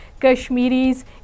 Kashmiris